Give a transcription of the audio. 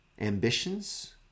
ambitions